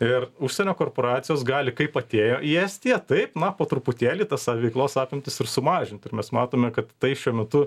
ir užsienio korporacijos gali kaip atėjo į estiją taip na po truputėlį tas veiklos apimtis ir sumažint ir mes matome kad tai šiuo metu